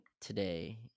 today